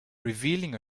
revealing